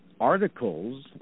articles